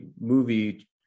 movie